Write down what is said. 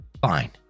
Fine